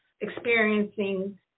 experiencing